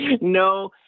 No